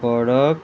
पडक